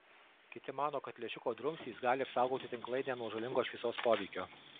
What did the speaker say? kiti mano kad lęšiuko drumstys gali apsaugoti tinklainę nuo žalingo šviesos poveikio